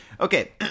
Okay